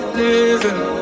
living